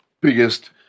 biggest